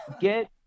get